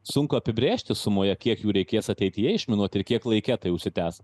sunku apibrėžti sumoje kiek jų reikės ateityje išminuoti ir kiek laike tai užsitęs